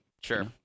Sure